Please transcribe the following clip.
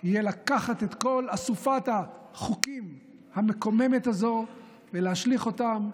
יהיה לקחת את כל אסופת החוקים המקוממת הזאת ולהשליך אותם,